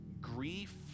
grief